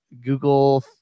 Google